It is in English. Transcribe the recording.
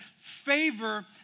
favor